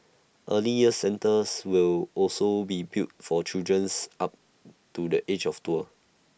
early years centres will also be built for children's up to the age of four